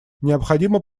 необходимо